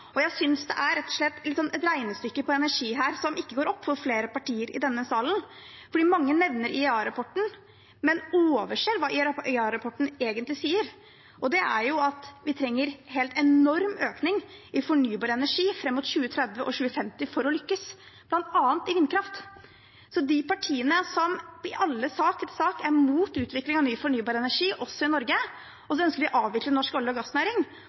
Jeg synes det er et regnestykke for energi som ikke går opp, fra flere partier i denne salen. Mange nevner IEA-rapporten, men overser hva den egentlig sier. Det er at vi trenger en helt enorm økning i fornybar energi fram mot 2030 og 2050 for å lykkes, bl.a. fra vindkraft. De partiene som i sak etter sak er imot utvikling av ny fornybar energi også i Norge, som ønsker å avvikle norsk olje- og gassnæring,